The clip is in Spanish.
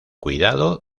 cuidado